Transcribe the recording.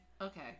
Okay